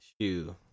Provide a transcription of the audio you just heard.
shoe